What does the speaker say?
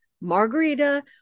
margarita